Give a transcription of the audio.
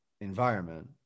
environment